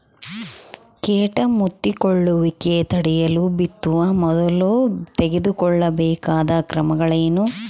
ಕೇಟ ಮುತ್ತಿಕೊಳ್ಳುವಿಕೆ ತಡೆಯಲು ಬಿತ್ತುವ ಮೊದಲು ತೆಗೆದುಕೊಳ್ಳಬೇಕಾದ ಕ್ರಮಗಳೇನು?